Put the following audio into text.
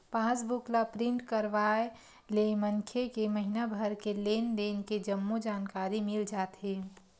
पास book ल print करवाय ले मनखे के महिना भर के लेन देन के जम्मो जानकारी मिल जाथे